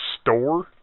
store